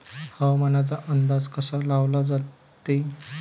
हवामानाचा अंदाज कसा लावला जाते?